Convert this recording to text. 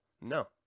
no